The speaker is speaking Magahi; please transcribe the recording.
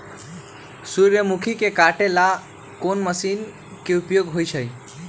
सूर्यमुखी के काटे ला कोंन मशीन के उपयोग होई छइ?